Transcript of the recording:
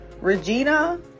Regina